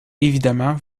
évidemment